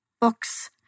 books